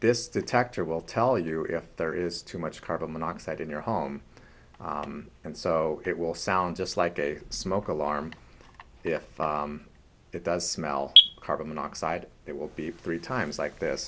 this detector will tell you if there is too much carbon monoxide in your home and so it will sound just like a smoke alarm if it does smell carbon monoxide it will be free times like this